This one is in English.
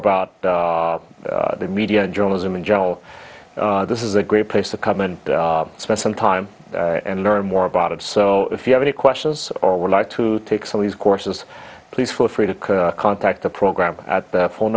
about the media and journalism in general this is a great place to come and spend some time and learn more about it so if you have any questions or would like to take some of these courses please feel free to contact the program at that phone